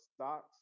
stocks